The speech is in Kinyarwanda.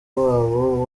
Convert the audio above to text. wabo